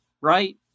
right